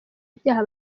ibyaha